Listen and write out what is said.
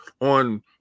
on